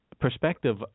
perspective